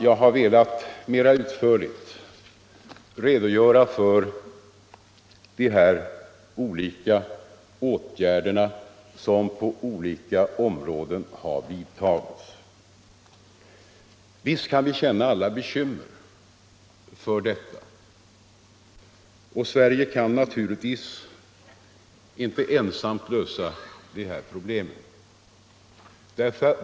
Jag har velat mera utförligt redogöra för de åtgärder som vidtagits på olika områden. Visst kan vi alla känna bekymmer för narkotikaproblemen. Sverige kan naturligtvis inte ensamt lösa dem.